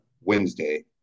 Wednesday